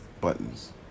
buttons